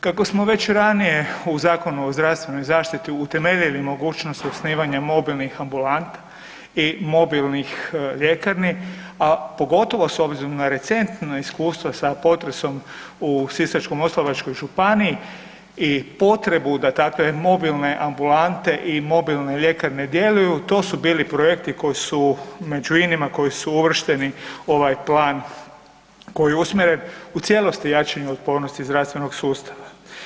Kako smo već ranije u Zakonu o zdravstvenoj zaštiti utemeljili mogućnost osnivanja mobilnih ambulanta i mobilnih ljekarni, a pogotovo s obzirom na recentna iskustva sa potresom u Sisačko-moslavačkoj županiji i potrebu da takve mobilne ambulante i mobilne ljekarne djeluju, to su bili projekti koji su među inima koji su uvršteni u ovaj plan koji je usmjeren u cijelosti jačanja otpornosti zdravstvenog sustava.